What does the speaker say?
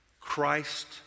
Christ